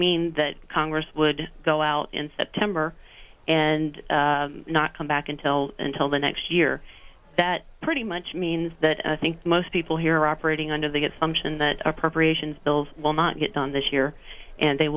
mean that congress would go out in september and not come back until until the next year that pretty much means that i think most people here are operating under the get function that appropriations bills will not get done this year and they